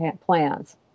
plans